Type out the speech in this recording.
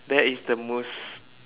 that is the most